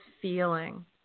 feeling